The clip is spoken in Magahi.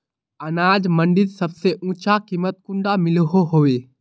अनाज मंडीत सबसे ऊँचा कीमत कुंडा मिलोहो होबे?